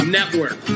Network